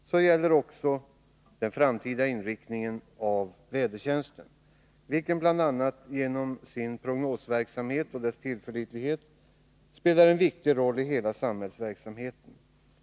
Så gäller också besluten om den framtida inriktningen av vädertjänsten, vilken bl.a. genom sin prognosverksamhet och dess tillförlitlighet spelar en viktig roll i hela samhällsverksamheten.